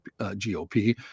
GOP